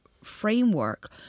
framework